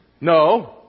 No